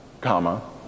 comma